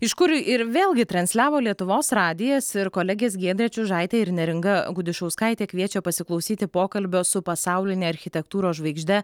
iš kur ir vėlgi transliavo lietuvos radijas ir kolegės giedrė čiužaitė ir neringa gudišauskaitė kviečia pasiklausyti pokalbio su pasauline architektūros žvaigžde